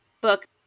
book